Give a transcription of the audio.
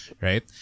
right